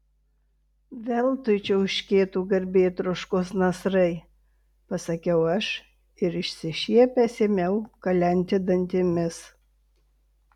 veltui čiauškėtų garbėtroškos nasrai pasakiau aš ir išsišiepęs ėmiau kalenti dantimis